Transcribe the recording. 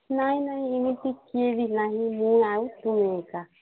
ନାଇଁ ନାଇଁ ଏମିତି କିଏ ବି ନାଇଁ ମୁଁ ଆଉ ତୁ ଏକା